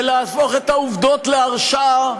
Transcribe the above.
ולהפוך את העובדות להרשעה,